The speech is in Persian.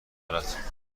دارد